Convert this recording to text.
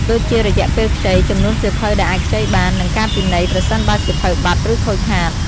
ដូចជា រយៈពេលខ្ចី ចំនួនសៀវភៅដែលអាចខ្ចីបាន និងការពិន័យប្រសិនបើសៀវភៅបាត់ ឬខូចខាត។